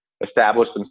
established